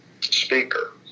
Speaker